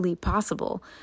possible